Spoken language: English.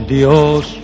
Dios